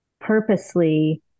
purposely